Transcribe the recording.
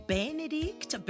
Benedict